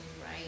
right